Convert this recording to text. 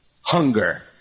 hunger